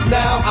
now